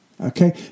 Okay